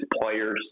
players